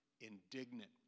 indignant